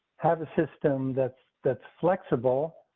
have a system that's that's flexible.